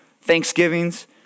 thanksgivings